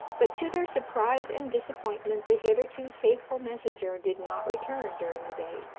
but to their surprise and disappointment the hitherto faithful messenger did not return during the day.